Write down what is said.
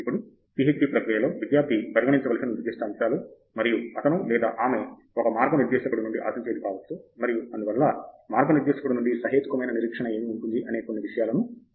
ఇప్పుడు పీహెచ్డీ ప్రక్రియ లో విద్యార్థి పరిగణించవలసిన నిర్దిష్ట అంశాలు మరియు అతను లేదా ఆమె ఒక మార్గనిర్దేశకుడు నుండి ఆశించేది కావచ్చు మరియు అందువల్ల మార్గనిర్దేశకుడి నుండి సహేతుకమైన నిరీక్షణ ఏమి ఉంటుంది అనే కొన్ని విషయాలను చర్చిద్దాము